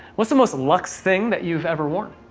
what's the most lux thing that you've ever worn?